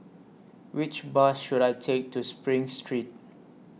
Which Bus should I Take to SPRING Street